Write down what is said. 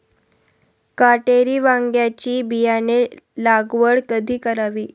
काटेरी वांग्याची बियाणे लागवड कधी करावी?